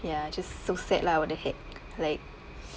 ya just so sad lah what the heck like